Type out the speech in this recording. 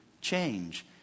change